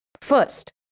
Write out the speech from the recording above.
First